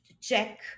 check